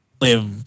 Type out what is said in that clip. live